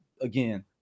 again